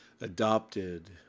adopted